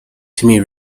timmy